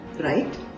Right